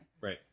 Right